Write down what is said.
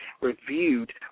reviewed